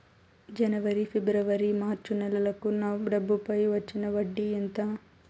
జనవరి, ఫిబ్రవరి, మార్చ్ నెలలకు నా డబ్బుపై వచ్చిన వడ్డీ ఎంత